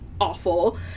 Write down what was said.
awful